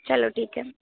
चलो ठीक है